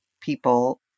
people